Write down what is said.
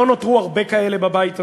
לא נותרו הרבה כאלה בבית הזה.